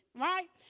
right